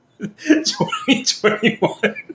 2021